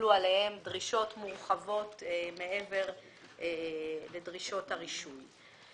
שיחולו עליהם דרישות מורחבות מעבר לדרישות הרישוי.